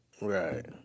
Right